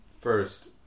first